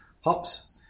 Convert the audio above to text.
hops